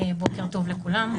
בוקר טוב לכולם,